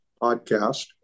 podcast